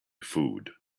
food